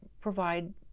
provide